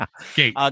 Okay